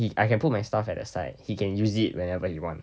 he I can put my stuff at the side he can use it whenever he want